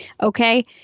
Okay